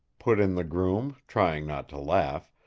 put in the groom, trying not to laugh,